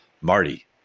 Marty